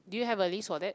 do you have a list for that